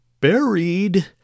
buried